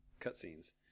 cutscenes